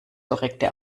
korrekte